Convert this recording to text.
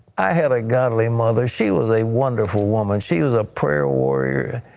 i had a godly mother, she was a wonderful woman. she was a prayer warrior.